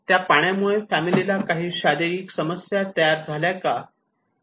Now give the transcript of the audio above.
त्या पाण्यामुळे फॅमिली ना काही शारीरिक समस्या तयार झाल्या का